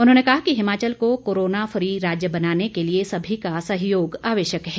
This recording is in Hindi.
उन्होंने कहा कि हिमाचल को कोरोना फ्री राज्य बनाने के लिए सभी का सहयोग आवश्यक है